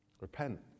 Repent